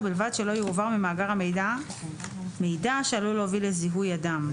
ובלבד שלא יועבר ממאגר המידע מידע שעלול להוביל לזיהוי אדם,